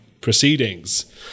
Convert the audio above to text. proceedings